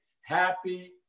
Happy